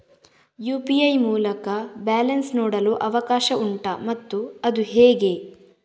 UPI ಮೂಲಕ balance ನೋಡಲು ಅವಕಾಶ ಉಂಟಾ ಮತ್ತು ಅದು ಹೇಗೆ?